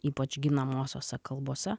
ypač ginamosiose kalbose